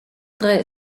tre